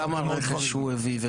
כמה רכש הוא הביא?